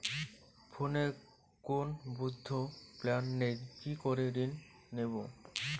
ফোনে কোন বৈধ প্ল্যান নেই কি করে ঋণ নেব?